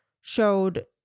showed